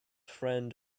friend